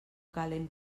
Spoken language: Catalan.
calen